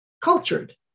cultured